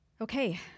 Okay